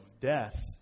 death